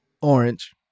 orange